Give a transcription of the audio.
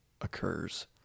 occurs